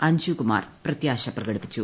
അഞ്ചു കുമാർ പ്രത്യാശ പ്രകടിപ്പിച്ചു